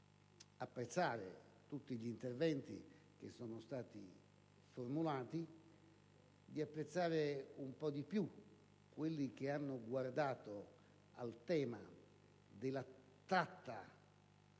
apprezzare tutti gli interventi che sono stati formulati, e un po' di più quelli che hanno guardato al tema della tratta